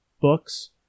books